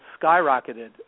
skyrocketed